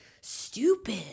stupid